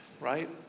right